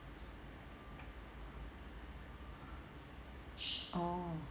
orh